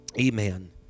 Amen